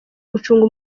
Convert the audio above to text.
gucunga